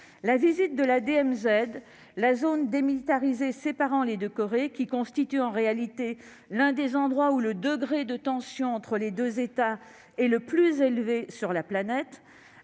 visite de la DMZ, la zone démilitarisée séparant les deux Corées, qui constitue en réalité l'un des endroits où le degré de tension entre deux États est le plus élevé sur la planète,